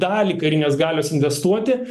dalį karinės galios investuoti